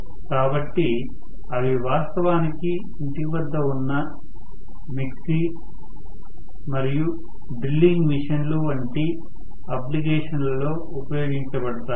కాబట్టి అవి వాస్తవానికి ఇంటి వద్ద ఉన్న మిక్సర్ మరియు డ్రిల్లింగ్ మెషీన్లు వంటి అప్లికేషన్లో ఉపయోగించబడతాయి